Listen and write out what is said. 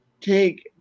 take